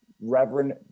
Reverend